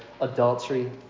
adultery